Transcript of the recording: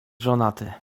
żonaty